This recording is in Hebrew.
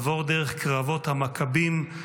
עבור דרך קרבות המכבים,